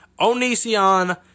Onision